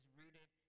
rooted